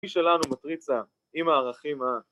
‫מי שלנו מטריצה עם הערכים ה...